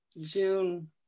June